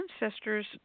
ancestors